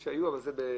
לשלט.